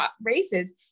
races